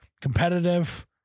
Competitive